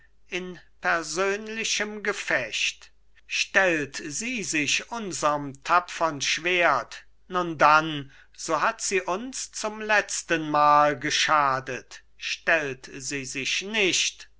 in persönlichem gefecht stellt sie sich unserm tapfern schwert nun dann so hat sie uns zum letztenmal geschadet stellt sie sich nicht